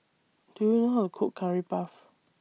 Do YOU know How to Cook Curry Puff